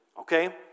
okay